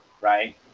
right